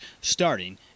starting